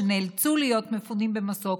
שנאלצו להיות מפונים במסוק,